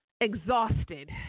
exhausted